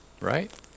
right